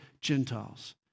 Gentiles